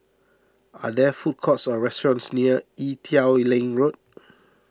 are there food courts or restaurants near Ee Teow Leng Road